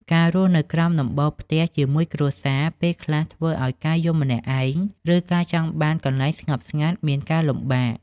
ការរស់នៅក្រោមដំបូលផ្ទះជាមួយគ្រួសារ ពេលខ្លះធ្វើឱ្យការយំម្នាក់ឯង ឬការចង់បានកន្លែងស្ងប់ស្ងាត់មានការលំបាក។